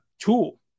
tool